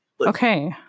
Okay